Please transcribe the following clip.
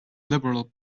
liberal